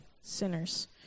sinners